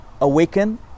awaken